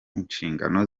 inshingano